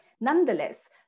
Nonetheless